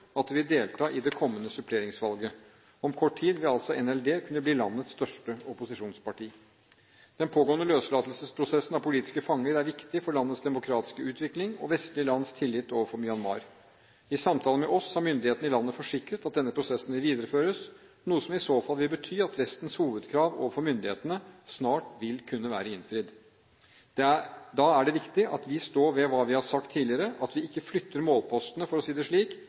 vil delta i det kommende suppleringsvalget. Om kort tid vil altså NLD kunne bli landets største opposisjonsparti. Den pågående løslatelsesprosessen av politiske fanger er viktig for landets demokratiske utvikling og vestlige lands tillit overfor Myanmar. I samtaler med oss har myndighetene i landet forsikret at denne prosessen vil videreføres, noe som i så fall vil bety at Vestens hovedkrav overfor myndighetene snart vil kunne være innfridd. Da er det viktig at vi står ved hva vi har sagt tidligere, og at vi ikke flytter målpostene – for å si det slik